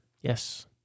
Yes